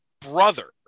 brother